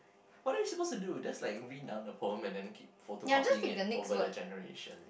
what are we suppose to do just like read down the poem and then keep photocopying it over the generation